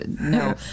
No